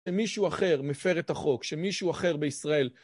כשמישהו אחר מפר את החוק, כשמישהו אחר בישראל...